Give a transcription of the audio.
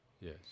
Yes